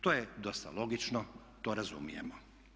To je dosta logično, to razumijemo.